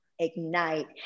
ignite